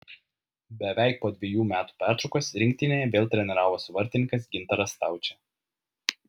beveik po dvejų metų pertraukos rinktinėje vėl treniravosi vartininkas gintaras staučė